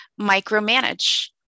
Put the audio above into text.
micromanage